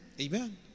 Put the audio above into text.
Amen